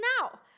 now